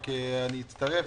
רק אצטרף